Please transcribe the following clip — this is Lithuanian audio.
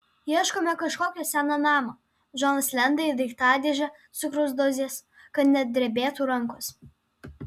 ieškome kažkokio seno namo džonas lenda į daiktadėžę cukraus dozės kad nedrebėtų rankos